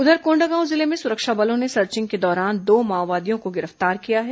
उधर कोंडागांव जिले में सुरक्षा बलों ने सर्चिंग के दौरान दो माओवादियों को गिरफ्तार किया है